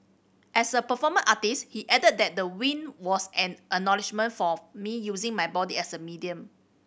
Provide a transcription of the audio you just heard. as a performance artist he added that the win was an acknowledgement for me using my body as a medium